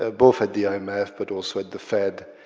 ah both at the um imf, but also at the fed,